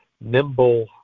nimble